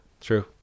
true